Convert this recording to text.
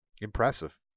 Impressive